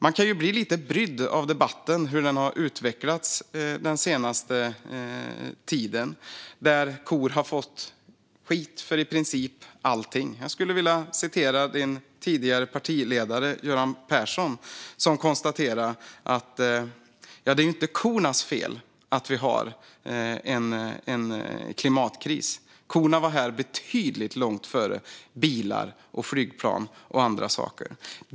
Man kan bli lite brydd över hur debatten har utvecklats den senaste tiden, då kor har fått skit för i princip allting. Jag skulle vilja citera ledamotens tidigare partiledare Göran Persson, som konstaterade att det inte är kornas fel att vi har en klimatkris. Korna var här långt före bilar, flygplan och andra saker.